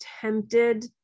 tempted